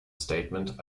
statement